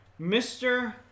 Mr